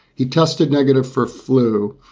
he tested negative for flu.